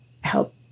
help